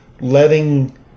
letting